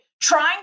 trying